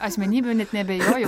asmenybių net neabejoju